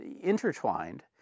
intertwined